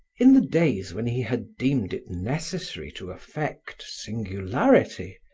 in the days when he had deemed it necessary to affect singularity,